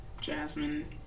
Jasmine